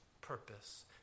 purpose